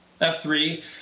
F3